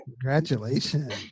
Congratulations